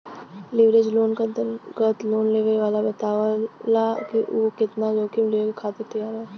leverage loan क अंतर्गत loan लेवे वाला बतावला क उ केतना जोखिम लेवे खातिर तैयार हौ